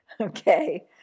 Okay